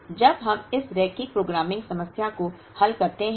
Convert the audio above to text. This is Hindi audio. तो जब हम इस रैखिक प्रोग्रामिंग समस्या को हल करते हैं